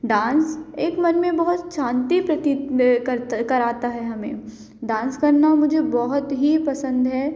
dance एक मन में बहुत शांति प्रतीत करत कराता है हमें डांस करना मुझे बहुत ही पसंद है